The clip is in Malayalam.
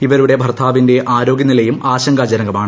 ഇവരുടെ ഭർത്താവിന്റെ ആരോഗ്യ നിലയും ആശങ്കാജനകമാണ്